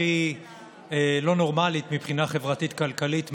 הכי לא נורמלית מבחינה חברתית-כלכלית,